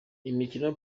imikino